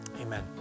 Amen